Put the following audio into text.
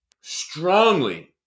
strongly